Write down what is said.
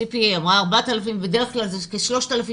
ציפי אמרה 4,000 שקלים אבל בדרך כלל הסכום הוא 3,000